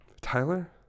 Tyler